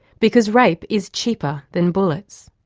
because rape is cheaper than bullets,